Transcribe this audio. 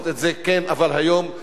אבל היום ביתר שאת.